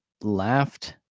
laughed